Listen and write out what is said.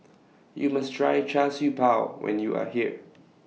YOU must Try Char Siew Bao when YOU Are here